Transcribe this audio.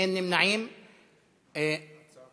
אפשר היום או, אפשר מחר.